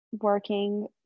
working